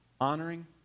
honoring